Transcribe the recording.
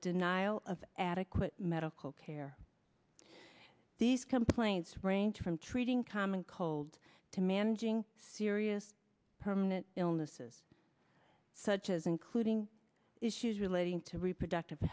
denial of adequate medical care these complaints range from treating common cold to managing serious permanent illnesses such as including issues relating to reproductive